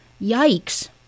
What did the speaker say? Yikes